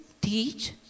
teach